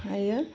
हायो